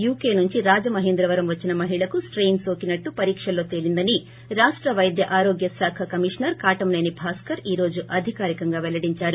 UK నుంచి రాజమహేంద్రవరం వచ్చిన మహిళకు స్టెయిన్ నోకినట్లు పరీక్షల్లో తేలేందని రాష్ట వైద్య ఆరోగ్యశాఖ కమిషనర్ కాటమసేని భాస్కర్ ఈ రోజు లు అధికారికంగా పెల్లడించారు